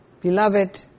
Beloved